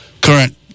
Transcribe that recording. current